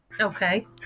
Okay